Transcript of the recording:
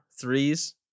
threes